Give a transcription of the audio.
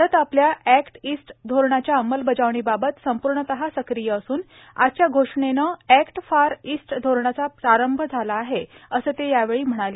भारत आपल्या act east धोरणाच्या अंमलबजावणीबाबत संपूर्णतः सक्रिय असून आजच्या घोषणेनं अक्वट फार ईस्ट धोरणाचा प्रारंभ झाला आहे असं ते यावेळी म्हणाले